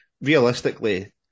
realistically